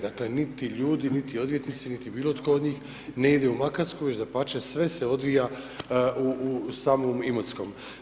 Dakle niti ljudi niti odvjetnici niti bilo tko od njih ne ide u Makarsku već dapače sve se odvija u samom Imotskom.